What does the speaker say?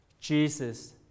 Jesus